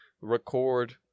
record